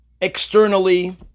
externally